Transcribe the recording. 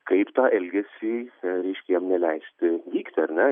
kaip tą elgesį reiškia jam neleisti vykti ar ne